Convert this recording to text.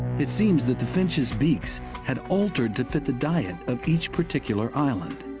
it seems that the finches' beaks had altered to fit the diet of each particular island.